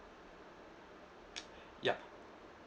yup